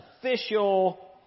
official